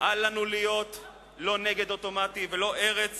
אל לנו להיות לא נגד אוטומטי ולא ארץ